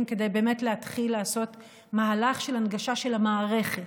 כדי להתחיל לעשות מהלך של הנגשה של המערכת.